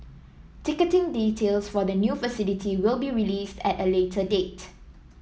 ticketing details for the new facility will be released at a later date